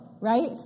right